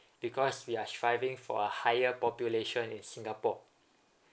because we are striving for a higher population in singapore